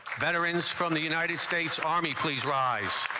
veterans from the united states army, please rise.